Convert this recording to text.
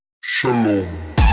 Shalom